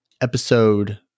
episode